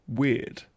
weird